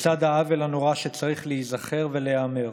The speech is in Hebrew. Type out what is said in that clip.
לצד העוול הנורא, שצריך להיזכר ולהיאמר,